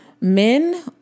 men